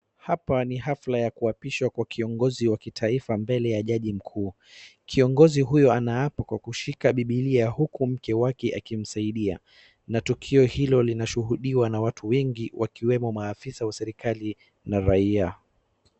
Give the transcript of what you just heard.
Hapa ni hafla ya kuapishwa kwa kiongozi wa kitaifa mbele ya jaji mkuu. Kiongozi huyo anaapa kwa kushika bibilia huku mke wake akimsaidia. Na tukio hilo linashuhudiwa na watu wengi wakiwemo maafisa wa serikali na raia.